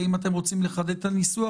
האם אתם רוצים לחדד את הניסוח.